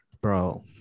Bro